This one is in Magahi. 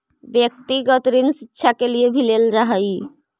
व्यक्तिगत ऋण शिक्षा के लिए भी लेल जा हई